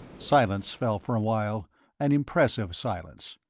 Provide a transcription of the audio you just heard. silence fell for a while an impressive silence.